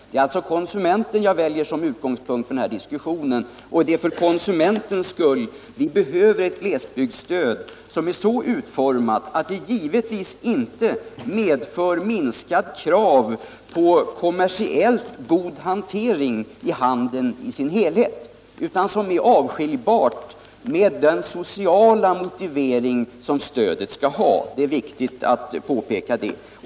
Det är konsumenten jag väljer som utgångspunkt för den här diskussionen, och det är för konsumentens skull vi behöver ett glesbygdsstöd som är så utformat att det givetvis inte medför minskat krav på kommersiellt god hantering i handeln i dess helhet utan som är avskiljbart med den sociala motivering stödet skall ha. Det är viktigt att påpeka det.